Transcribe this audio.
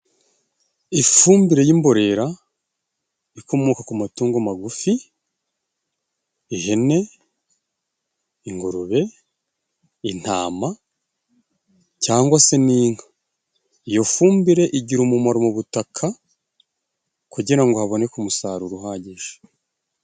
Ifumbire y'imborera, ikomoka ku matungo magufi. Ihene, ingurube, intama cyangwa se n'inka. Iyo fumbire igira umumaro mu butaka, kugira ngo haboneke umusaruro uhagije.